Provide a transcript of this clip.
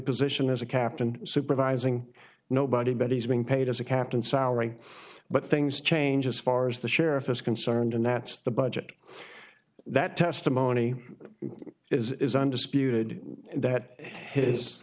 position as a captain supervising nobody but he's being paid as a captain salary but things change as far as the sheriff is concerned and that's the budget that testimony is undisputed that his